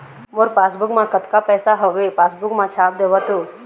मोर passbook मा कतका पैसा हवे पासबुक मा छाप देव तो?